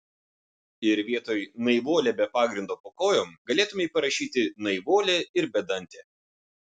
ir vietoj naivuolė be pagrindo po kojom galėtumei parašyti naivuolė ir bedantė